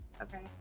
Okay